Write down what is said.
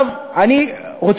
אני בעד.